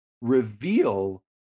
reveal